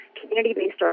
community-based